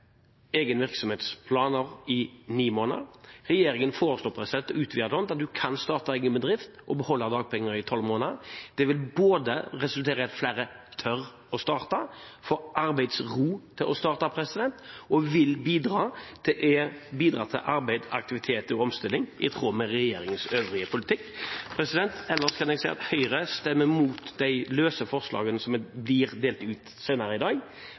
bedrift og beholde dagpenger i tolv måneder. Det vil resultere i at flere både tør å starte og får arbeidsro til å starte, og vil bidra til arbeid, aktivitet og omstilling, i tråd med regjeringens øvrige politikk. Ellers kan jeg si at Høyre stemmer imot de løse forslagene som blir delt ut senere i dag,